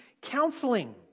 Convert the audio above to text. counseling